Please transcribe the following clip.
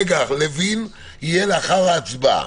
לוין יהיה לאחר ההצבעה.